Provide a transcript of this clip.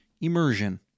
immersion